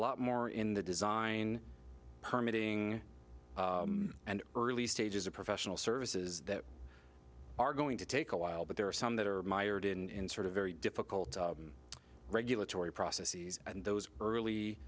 lot more in the design permit ing and early stages of professional services that are going to take a while but there are some that are mired in sort of very difficult regulatory process and those early